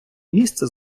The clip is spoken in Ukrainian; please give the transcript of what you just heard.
місце